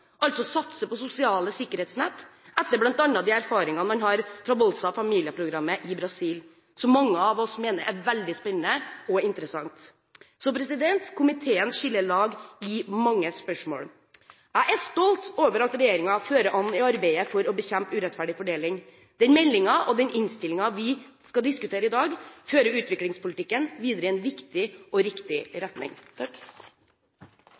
altså å satse på sosiale sikkerhetsnett, slike som man har erfaring med fra f.eks. volds- og familieprogrammet i Brasil, som mange av oss mener er veldig spennende og interessant. Så komiteen skiller lag i mange spørsmål. Jeg er stolt over at regjeringen fører an i arbeidet for å bekjempe urettferdig fordeling. Den meldingen og den innstillingen vi skal diskutere i dag, fører utviklingspolitikken videre i en viktig og riktig